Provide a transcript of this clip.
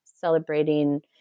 celebrating